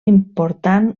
important